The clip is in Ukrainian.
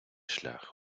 шлях